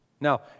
Now